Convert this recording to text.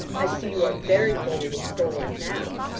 i see you are very bold and forward now,